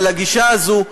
אבל הגישה הזאת,